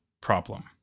problem